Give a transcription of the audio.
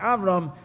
Avram